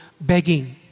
begging